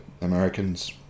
Americans